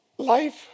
Life